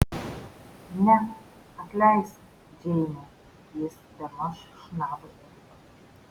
ne atleisk džeine jis bemaž šnabžda